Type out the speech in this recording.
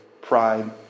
pride